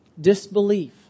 disbelief